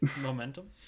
momentum